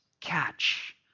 catch